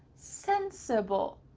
sensible.